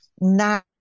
Now